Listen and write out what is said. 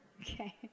okay